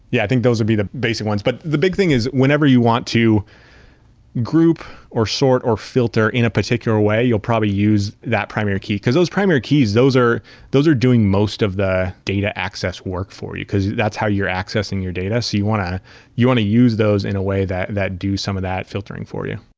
yeah, i think those would be the basic ones. but the big thing is whenever you want to group or sort or filter in a particular way, you'll probably use that primary key, because those primary keys, those are doing most of the data access work for you, because that's how you're accessing your data. so you want to you want to use those in a way that that do some of that filtering for you.